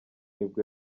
nibwo